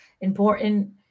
important